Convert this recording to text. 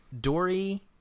Dory